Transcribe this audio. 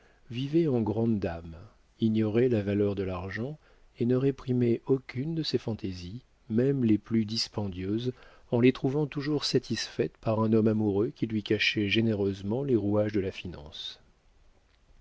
vivait en grande dame ignorait la valeur de l'argent et ne réprimait aucune de ses fantaisies même les plus dispendieuses en les trouvant toujours satisfaites par un homme amoureux qui lui cachait généreusement les rouages de la finance